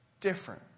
different